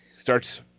Starts